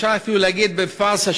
ואפשר אפילו להגיד בפארסה,